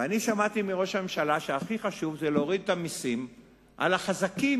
ואני שמעתי מראש הממשלה שהכי חשוב זה להוריד את המסים על החזקים,